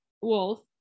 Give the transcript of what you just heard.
wolf